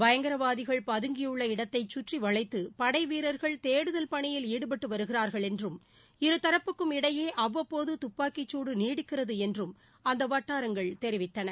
பயங்கரவாதிகள் பதுங்கியுள்ள இடத்தை சுற்றி வளைத்து படை வீரர்கள் தேடுதல் பணியில் ஈடுபட்டு வருகிறா்கள் என்றும் இருதரப்புக்கும் இடையே அவ்வப்போது துப்பாக்கிச் சூடு நீடிக்கிறது என்றும் அந்த வட்டாரங்கள் தெரிவித்தன